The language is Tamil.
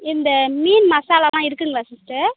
இந்த மீன் மசாலாலாம் இருக்குங்களா சிஸ்டர்